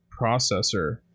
processor